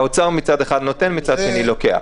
האוצר מצד אחד נותן, מצד שני לוקח.